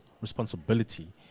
responsibility